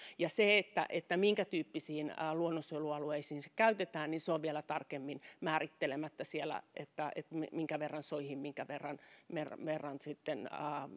se minkä tyyppisiin luonnonsuojelualueisiin se käytetään on vielä tarkemmin määrittelemättä siellä minkä verran soihin minkä verran